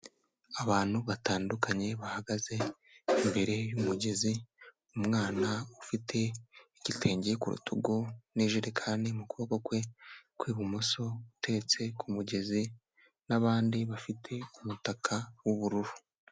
Abantu batandukanye bahagaze imbere y'umugezi, umwana ufite igitenge ku rutugu n'ijerekani mu kuboko kwe kwibumoso, utetse k'umugezi n'abandi bafite umutaka w'ubururu.